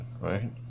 right